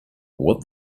what